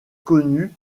connue